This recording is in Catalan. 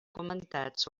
comentats